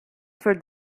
for